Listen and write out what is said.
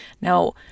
Now